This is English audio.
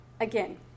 Again